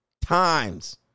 times